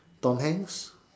tom-hanks